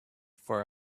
for